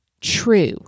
true